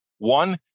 One